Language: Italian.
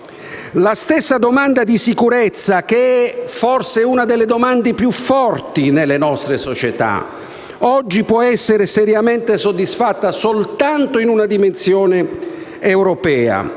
La stessa domanda di sicurezza, che è forse una delle più forti nelle nostre società, oggi può essere seriamente soddisfatta soltanto in una dimensione europea.